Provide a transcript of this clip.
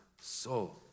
soul